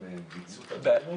הם ביצעו את התכנון?